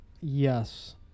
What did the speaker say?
Yes